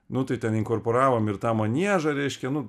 nu tai ten inkorporavom ir tą maniežą reiškia nu